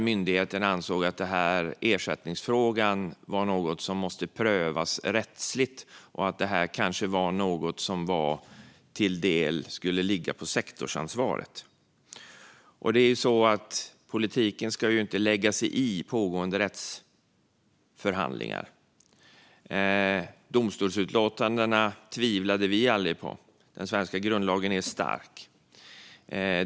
Myndigheten ansåg att ersättningsfrågan var något som måste prövas rättsligt och att detta till del var något som skulle tillhöra sektorsansvaret. Politiken ska inte lägga sig i pågående rättsförhandlingar. Vi tvivlade aldrig på domstolsutlåtandena. Den svenska grundlagen är stark.